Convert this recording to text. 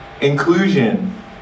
Inclusion